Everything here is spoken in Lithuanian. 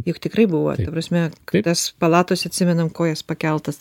juk tikrai buvo ta prasme kai tas palatose atsimenam kojas pakeltas